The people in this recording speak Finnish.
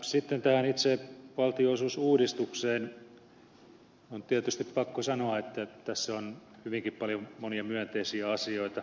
sitten tähän itse valtionosuusuudistukseen on tietysti pakko sanoa että tässä on hyvinkin paljon monia myönteisiä asioita